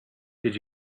did